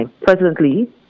presently